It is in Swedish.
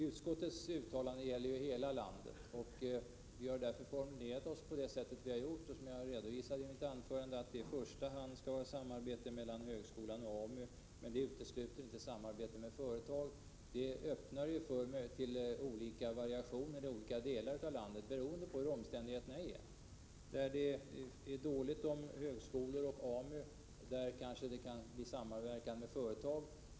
Utskottets uttalande gäller hela landet, och vi har därför formulerat oss så som vi har gjort och som jag har redovisat i mitt huvudanförande, att det i första hand skall ske ett samarbete med högskolan och AMU. Det utesluter inte samarbete med företag utan öppnar för variationer i olika delar av landet, beroende på hur omständigheterna är. Där det är dåligt med högskola och AMU kanske det kan bli samverkan med företag.